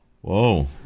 Whoa